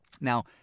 Now